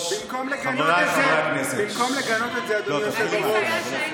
במקום לגנות את זה, אדוני היושב-ראש,